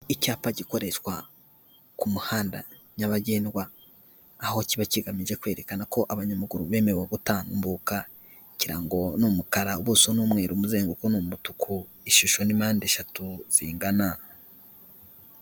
Icyapa gikoreshwa ku muhanda nyabagendwa, aho kiba kigamije kwerekana ko abanyamaguru bemewe gutambuka, ikirango ni umukara, ubuso ni umweru, umuzenguko ni umutuku, ishusho ni mpande eshatu zingana.